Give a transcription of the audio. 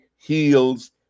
Heals